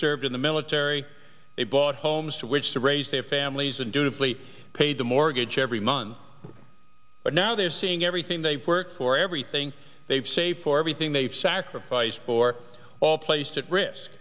served in the military they bought homes to which to raise their families and to flee pay the mortgage every month but now they're seeing everything they've worked for everything they've saved for everything they've sacrificed for all placed at risk